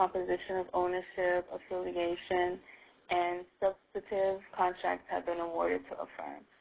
composition of ownership affiliation and substantive contracts had been awarded to a firm.